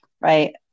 Right